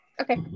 Okay